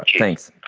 thanks,